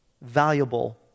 valuable